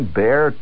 bear